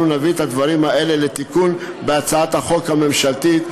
אנחנו נביא את הדברים האלה לתיקון בהצעת החוק הממשלתית,